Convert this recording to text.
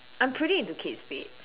I'm pretty into Kate Spade